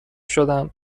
شدم